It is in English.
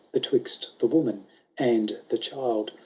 betwixt the woman and the child.